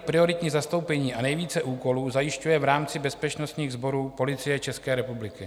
Prioritní zastoupení a nejvíce úkolů zajišťuje v rámci bezpečnostních sborů Policie České republiky.